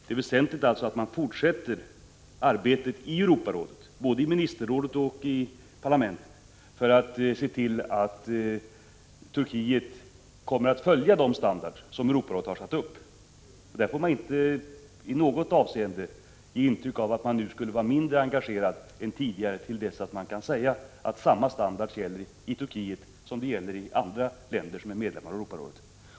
Det är alltså väsentligt att man fortsätter arbetet i Europarådet, både i ministerrådet och i den parlamentariska församlingen, för att se till att Turkiet kommer att följa de standarder som Europarådet har satt upp. Man får inte i något avseende ge intryck av att man nu skulle vara mindre engagerad än tidigare, till dess att man kan säga att samma standarder gäller i Turkiet som i andra länder som är medlemmar av Europarådet.